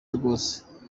rwose